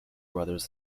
brothers